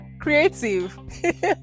creative